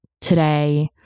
today